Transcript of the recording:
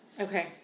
Okay